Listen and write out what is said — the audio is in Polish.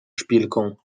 szpilką